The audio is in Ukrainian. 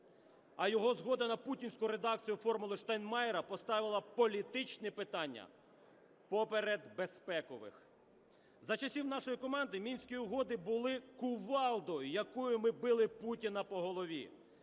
а його згода на путінську редакцію "формули Штайнмайєра" поставила політичні питання поперед безпекових. За часів нашої команди Мінські угоди були кувалдою, якою ми били Путіна по голові,